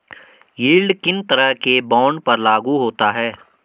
Yield किन तरह के बॉन्ड पर लागू होता है?